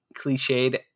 cliched